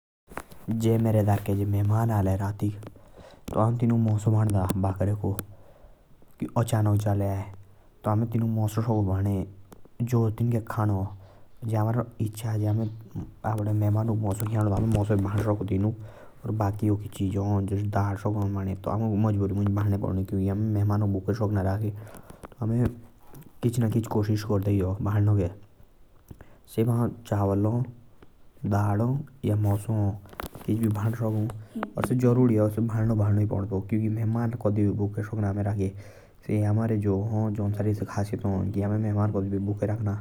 जा मेरे डरके मेहमाण आले ता हौ। तीनुक मोसो भांडा बकरे को। जो भी इच्छा हां बाकी हमरा ओकी चिजा साकु भाणे जास दल हौं।